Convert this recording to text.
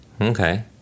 Okay